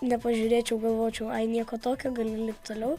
nepažiūrėčiau galvočiau jei nieko tokio gali toliau